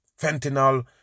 Fentanyl